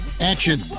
Action